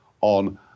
on